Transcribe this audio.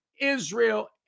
Israel